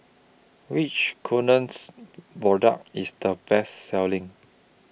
Which Kordel's Product IS The Best Selling